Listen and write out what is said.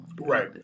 Right